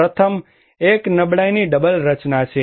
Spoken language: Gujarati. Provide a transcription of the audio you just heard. પ્રથમ એક નબળાઈની ડબલ રચના છે